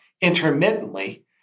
intermittently